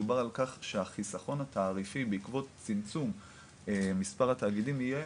דובר על כך שהחיסכון התעריפי בעקבות צמצום מספר התאגידים יהיה,